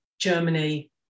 Germany